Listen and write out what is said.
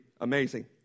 amazing